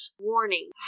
warning